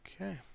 Okay